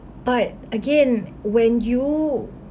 but again when you